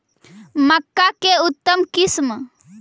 मक्का के उतम किस्म?